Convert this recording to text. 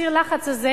סיר הלחץ הזה,